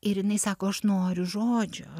ir jinai sako aš noriu žodžio